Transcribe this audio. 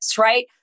right